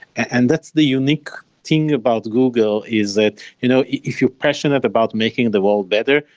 and that's the unique thing about google is that you know if you're passionate about making the world better,